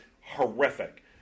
horrific